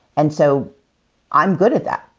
and so i'm good at that.